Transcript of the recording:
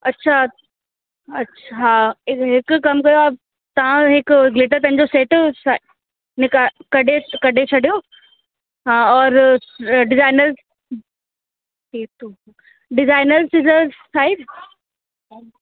अच्छा अच हा हिक कम कयो तव्हां हिक गिलिटर पेन जो सेट साइ निका कढे कढे छॾियो हा और डिजाइनर हे तू डिजाइनर सिज़र्स आहे ऐं